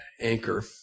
anchor